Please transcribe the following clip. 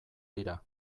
dira